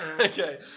okay